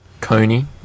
Coney